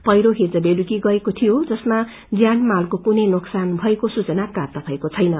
पैह्रो हिज बेलुकी गएको थियो जसमा जयान मालको कुनै नोकसान भएको सूचना प्रप्त भएको छैन